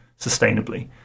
sustainably